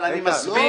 אבל אני מסביר.